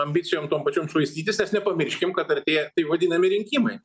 ambicijom tom pačiom švaistytis nes nepamirškim kad artėja tai vadinami rinkimai